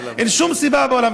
אין שום סיבה בעולם.